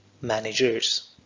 managers